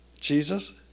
Jesus